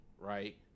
right